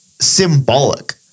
symbolic